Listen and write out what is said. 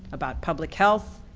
about public health,